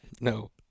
No